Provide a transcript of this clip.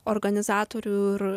organizatorių ir